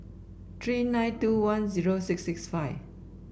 three nine two one zero six six five